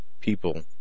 people